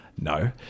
No